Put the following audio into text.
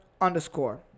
underscore